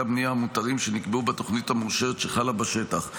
הבנייה המותרים שנקבעו בתוכנית המאושרת שחלה בשטח.